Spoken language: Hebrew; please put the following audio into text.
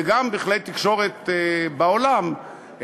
וגם בכלי תקשורת בעולם,